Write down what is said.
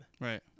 Right